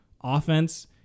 offense